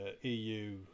eu